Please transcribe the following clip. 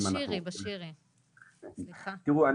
תראו,